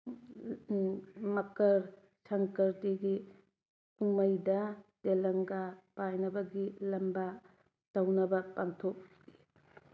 ꯃꯀꯔ ꯁꯪꯀꯥꯔꯇꯤꯒꯤ ꯀꯨꯝꯍꯩꯗ ꯇꯦꯂꯪꯒꯥ ꯄꯥꯏꯅꯕꯒꯤ ꯂꯝꯕꯥ ꯇꯧꯅꯕ ꯄꯥꯡꯊꯣꯛꯏ